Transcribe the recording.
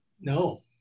No